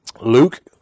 Luke